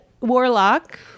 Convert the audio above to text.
Warlock